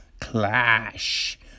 Clash